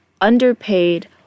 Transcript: underpaid